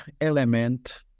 element